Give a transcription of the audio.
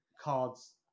cards